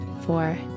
four